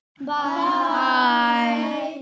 Bye